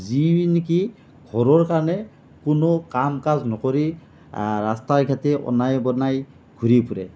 যিসকলে নেকি ঘৰৰ কাৰণে কোনো কাম কাজ নকৰি ৰাস্তাই ঘাটে অনাই বনাই ঘূৰি ফুৰে